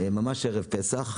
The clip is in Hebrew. ממש ערב פסח.